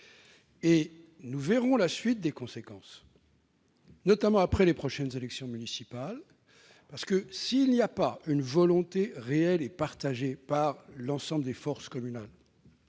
en verrons les conséquences, notamment après les prochaines élections municipales. S'il n'y a pas une volonté réelle et partagée par l'ensemble des forces communales